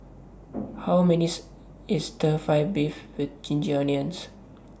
How much IS Stir Fry Beef with Ginger Onions